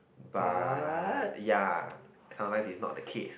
but ya sometimes it's not the case